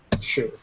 Sure